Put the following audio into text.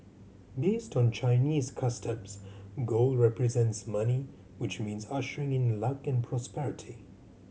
based on Chinese customs gold represents money which means ushering in luck and prosperity